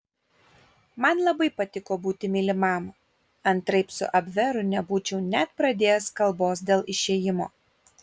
man labai patiko būti mylimam antraip su abveru nebūčiau net pradėjęs kalbos dėl išėjimo